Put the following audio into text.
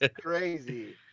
crazy